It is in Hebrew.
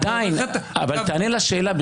אבל תענה לשאלה,